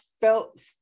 felt